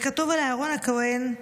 כתוב על אהרון הכוהן: